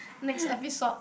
next episode